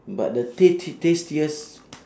but the tasti~ tastiest